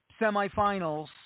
semifinals